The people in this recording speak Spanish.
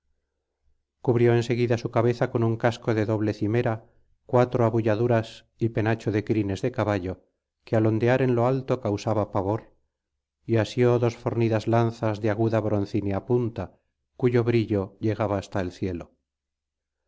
cubrió en seguida su cabeza con un casco de doble cimera cuatro abolladuras y penacho de crines de caballo que al ondear en lo alto causaba pavor y asió dos fornidas lanzas de aguzada broncínea punta cuyo brillo llegaba hasta el cielo